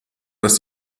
was